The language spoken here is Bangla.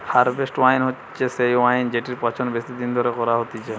হারভেস্ট ওয়াইন হচ্ছে সেই ওয়াইন জেটির পচন বেশি দিন ধরে করা হতিছে